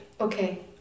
Okay